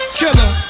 killer